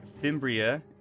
Fimbria